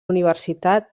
universitat